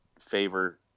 favor